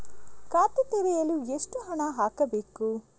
ಖಾತೆ ತೆರೆಯಲು ಎಷ್ಟು ಹಣ ಹಾಕಬೇಕು?